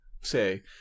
say